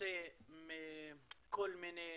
בנושא מכל מיני